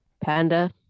panda